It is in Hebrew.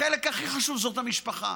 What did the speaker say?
החלק הכי חשוב זה המשפחה.